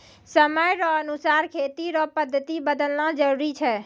समय रो अनुसार खेती रो पद्धति बदलना जरुरी छै